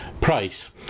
Price